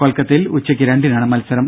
കൊൽക്കത്തയിൽ ഉച്ചയ്ക്ക് രണ്ടിനാണ് മത്സരം